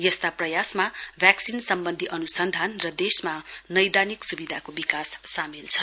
यस्ता प्रयासमा भ्याक्सिन सम्वन्धी अनुसन्धान र देशमा नैदानिक सुविधाको विकासक सामेल छन्